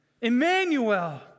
Emmanuel